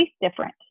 different